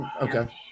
Okay